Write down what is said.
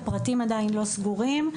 הפרטים עדיין לא סגורים.